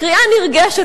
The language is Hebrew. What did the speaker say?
קריאה נרגשת,